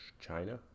China